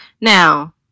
now